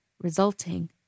resulting